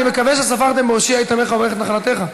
אני מקווה שספרתם "הושיעה את עמך וברך את נחלתך",